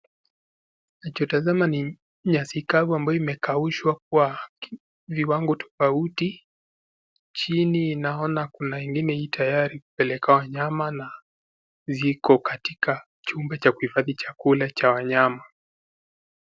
Ninachotazama ni nyasi kavu ambayo imekaushwa kwa viwango tofauti chini naona kuna ingine itayari kupelekea wanyama na ziko katika chumba cha kuhifadhi chakula cha wanyama.